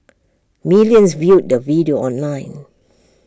millions viewed the video online